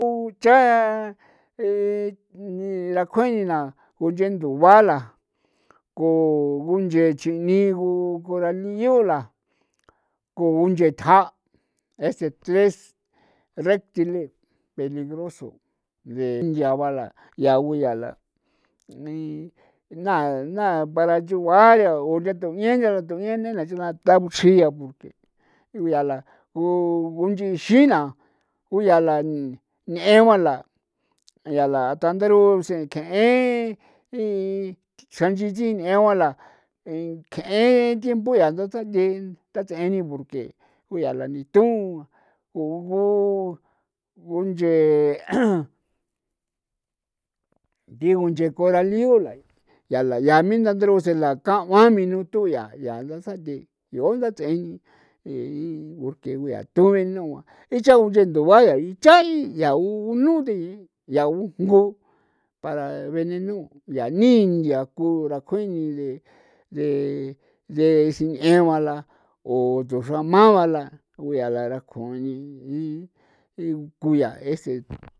Uchaa lakjue jina ba kunchee nduba la kunche chini gu coralillu la ku unchee tja' ese es tres reptiles peligroso de ya ba la ya guya la ni na naa naa para yugua rathu 'ien le rathu'ien le dabuchjia ba uyaa la u unchi xiina guya la n'eba la yaa la anto tantaro usekje'e ji'i ixin chi n'en ba la nk'en tiempoe ba tathe tatse'e ni porque kuyaa la ndithun gu gunche di gunchee coralillu ya la ya la mi yaandruse ko kan minuto yaa yaasate'e ko ndats'en ni porque ku yaa to venenu ko unchee ndua icha yaa u nu tie jngu ko venenu o yaa nii ko nyaa kjuiri ni de de sin'enba la kuthu xramaba la ko yaa larkjue ni ko yaa ese.